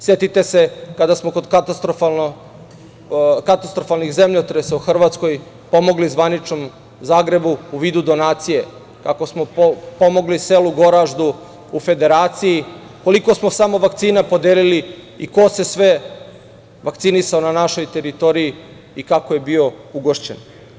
Setite se kada smo kod katastrofalnih zemljotresa u Hrvatskoj pomogli zvaničnom Zagrebu u vidu donacije, kako smo pomogli selu Goraždu u Federaciji, koliko smo samo vakcina podelili i ko se sve vakcinisao na našoj teritoriji i kako je bio ugošćen.